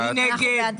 מי נגד?